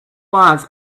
was